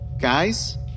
Guys